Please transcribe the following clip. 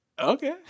Okay